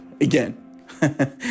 Again